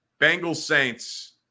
Bengals-Saints